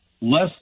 Less